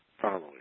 following